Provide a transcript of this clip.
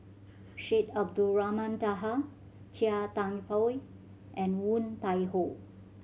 Syed Abdulrahman Taha Chia Thye Poh and Woon Tai Ho